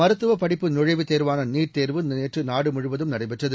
மருத்துவபடிப்பு நுழைவுத்தேர்வானநீட்தேர்வு நேற்றுநாடுமுழுவதும் நடைபெற்றது